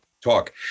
talk